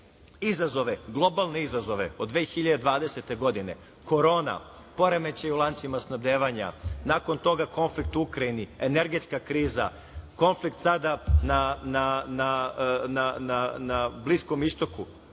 sve globalne izazove od 2020. godine, korona, poremećaj u lancima snabdevanja, nakon toga konflikt u Ukrajini, energetska kriza, konflikt sada na Bliskom istoku,